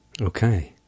Okay